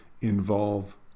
involve